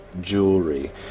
jewelry